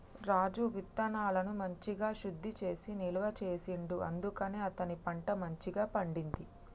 రాజు విత్తనాలను మంచిగ శుద్ధి చేసి నిల్వ చేసిండు అందుకనే అతని పంట మంచిగ పండింది